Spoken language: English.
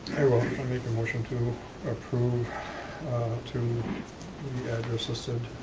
i will, i make a motion to approve to the address listed,